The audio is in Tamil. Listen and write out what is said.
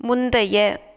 முந்தைய